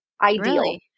ideal